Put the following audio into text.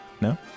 no